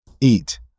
Eat